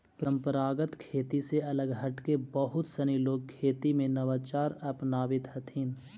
परम्परागत खेती से अलग हटके बहुत सनी लोग खेती में नवाचार अपनावित हथिन